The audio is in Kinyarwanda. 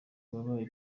wabaye